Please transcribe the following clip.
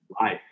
life